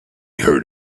heard